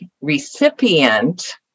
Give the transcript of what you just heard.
recipient